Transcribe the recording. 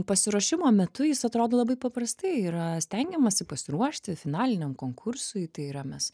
pasiruošimo metu jis atrodo labai paprastai yra stengiamasi pasiruošti finaliniam konkursui tai yra mes